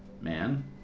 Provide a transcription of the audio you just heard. man